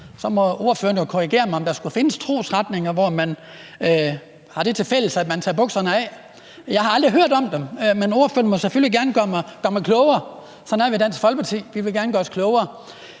så må ordføreren jo korrigere mig – findes der ikke trosretninger, hvor man har det tilfælles, at man tager bukserne af. Jeg har aldrig hørt om dem, men ordføreren må selvfølgelig gerne gøre mig klogere. Sådan er vi i Dansk Folkeparti; vi vil gerne gøres klogere.